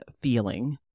feeling